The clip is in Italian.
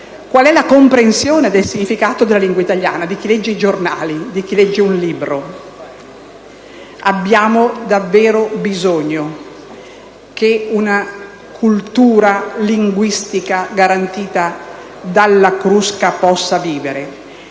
Qual è la comprensione del significato della lingua italiana da parte di chi legge i giornali o un libro? Abbiamo davvero bisogno che una cultura linguistica garantita dall'Accademia della Crusca possa vivere.